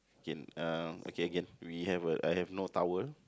gain uh okay again we have uh I have no towel